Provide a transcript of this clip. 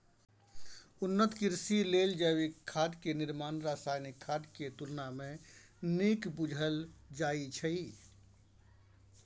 उन्नत कृषि लेल जैविक खाद के निर्माण रासायनिक खाद के तुलना में नीक बुझल जाइ छइ